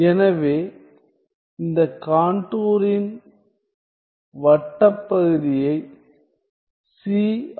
எனவே இந்த கான்டூரின் வட்ட பகுதியை c R